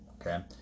Okay